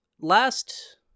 last